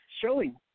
showing